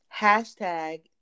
Hashtag